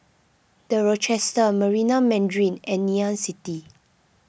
the Rochester Marina Mandarin and Ngee Ann City